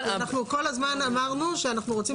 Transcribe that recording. אנחנו כל הזמן אמרנו שאנחנו רוצים